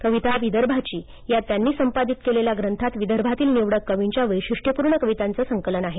कविता विदर्भाची या त्यांनी संपादित केलेल्या ग्रंथात विदर्भातील निवडक कवींच्या वैशिष्यपूर्ण कवितांचं संकलन आहे